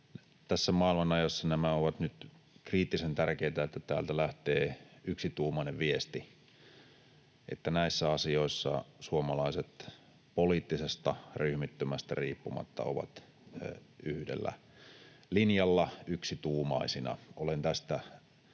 Tässä maailmanajassa on nyt kriittisen tärkeätä, että täältä lähtee yksituumainen viesti, että näissä asioissa suomalaiset poliittisesta ryhmittymästä riippumatta ovat yhdellä linjalla, yksituumaisina. Olen tästä